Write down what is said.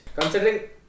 Considering